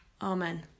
Amen